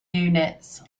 units